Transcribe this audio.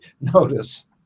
notice